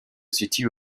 situe